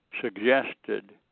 suggested